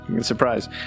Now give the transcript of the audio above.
surprise